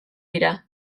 dira